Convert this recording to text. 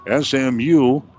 SMU